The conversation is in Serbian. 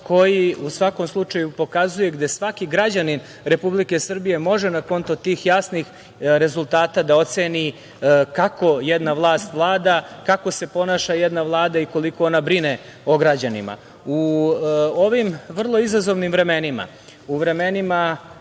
koji u svakom slučaju pokazuje da svaki građanin Republike Srbije može na konto tih jasnih rezultata da oceni kako jedna vlast vlada, kako se ponaša jedna vlada i koliko ona brine o građanima.U ovim vrlo izazovnim vremenima, u vremenima